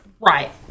Right